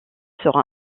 sera